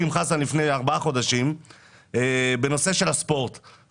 עם חסן לפני ארבעה חודשים בנושא הספורט.